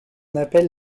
appelle